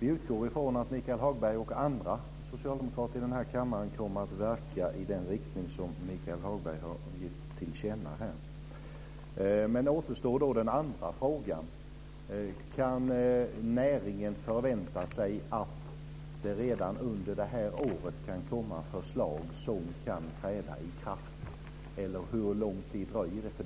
Vi utgår från att Michael Hagberg och andra socialdemokrater i den här kammaren kommer att verka i den riktning som Michael Hagberg har gett till känna. Då återstår den andra frågan. Kan näringen förvänta sig att det redan under det här året kan komma förslag som kan komma att träda i kraft? Eller hur lång tid dröjer det?